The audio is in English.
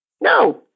No